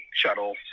shuttle